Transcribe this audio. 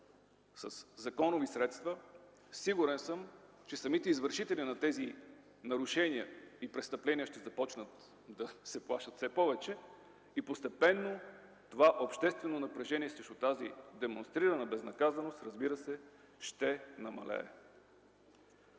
със законови средства, сигурен съм, че самите извършители на тези нарушения и престъпления ще започнат да се плашат все повече и постепенно общественото напрежение срещу тази демонстрирана безнаказаност ще намалее.